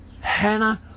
Hannah